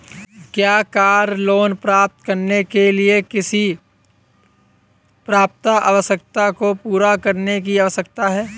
क्या car loan प्राप्त करने के लिए किसी पात्रता आवश्यकता को पूरा करने की आवश्यकता है?